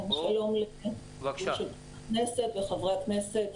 שלום לחברי הכנסת.